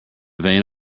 vane